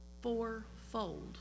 fourfold